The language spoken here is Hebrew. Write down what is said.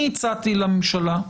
אני הצעתי לממשלה,